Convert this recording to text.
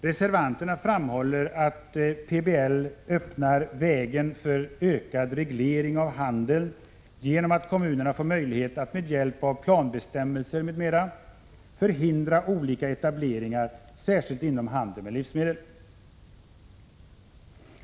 Reservanterna framhåller att PBL öppnar vägen för en ökad reglering av handeln genom att kommunerna får möjlighet att med hjälp av planbestämmelser m.m. förhindra olika etableringar, särskilt inom handeln med livsmedel.